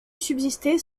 subsister